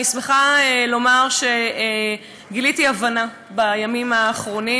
אני שמחה לומר שגיליתי הבנה בימים האחרונים,